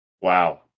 Wow